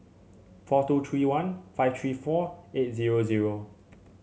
four two three one five three four eight zero zero